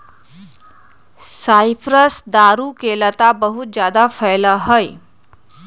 cypress दारू के लता बहुत जादा फैला हई